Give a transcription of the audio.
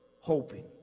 hoping